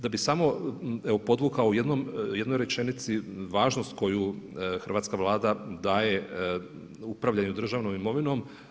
Da bi samo podvukao u jednoj rečenici važnost koju Hrvatska vlada daje upravljanju državnom imovinom.